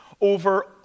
over